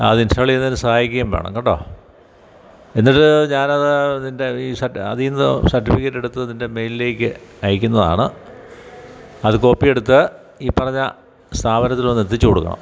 അത് ഇന്സ്റ്റാള് ചെയ്യുന്നതിന് സഹായിക്കുകയും വേണം കേട്ടോ എന്നിട്ട് ഞാനത് നിന്റെ ഈ സര്ട്ട് അതില്നിന്ന് സര്ട്ടിഫിക്കറ്റെടുത്ത് നിന്റെ മെയിലിലേക്ക് അയക്കുന്നതാണ് അത് കോപ്പി എടുത്ത് ഈ പറഞ്ഞ സ്ഥാപനത്തിലൊന്ന് എത്തിച്ചുകൊടുക്കണം